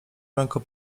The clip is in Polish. ręką